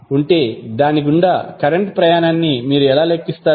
ఉంటే దాని గుండా కరెంట్ ప్రయాణాన్ని మీరు ఎలా లెక్కిస్తారు